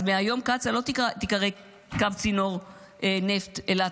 אז מהיום קצא"א לא תיקרא קו צינור נפט אילת